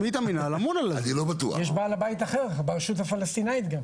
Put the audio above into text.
יש בעל בית אחר ברשות הפלסטינית גם.